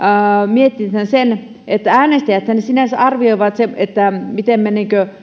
mietin sitä että äänestäjäthän ne sinänsä arvioivat sen miten me